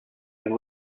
and